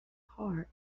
heart